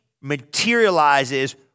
materializes